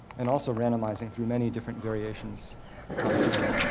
and also randomizing through many different variations on a theme.